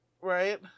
Right